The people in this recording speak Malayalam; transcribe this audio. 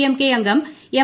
എംകെ അംഗം എം